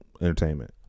entertainment